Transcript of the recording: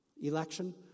election